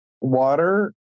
Water